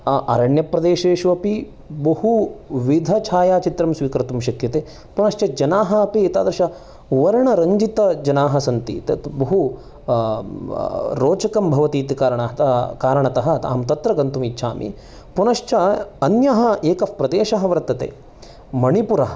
अरण्यप्रदेशेषु अपि बहुविध छायाचित्रं स्वीकर्तुं शक्यते पुनश्च जनाः अपि एतादृष वर्णरञ्जितजनाः सन्ति तद् बहु रोचकं भवति इति कारण कारणातः अहं तत्र गन्तुम् इच्छामि पुनश्च अन्यः एकः प्रदेशः वर्तते मणिपुरः